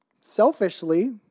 selfishly